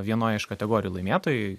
vienoj iš kategorijų laimėtojai